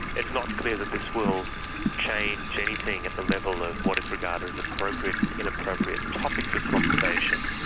it's not clear that this will change anything at the level of what is regarded as appropriate and inappropriate topics of conversation,